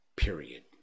period